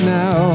now